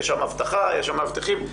יש שם אבטחה ומאבטחים,